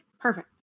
perfect